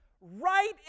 right